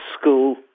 school